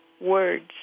words